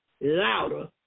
louder